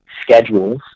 schedules